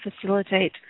facilitate